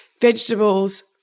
vegetables